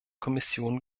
kommission